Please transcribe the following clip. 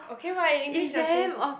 okay [what] in English is nothing